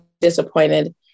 disappointed